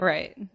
Right